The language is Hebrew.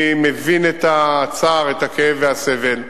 אני מבין את הצער, את הכאב ואת הסבל.